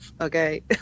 Okay